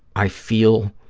i feel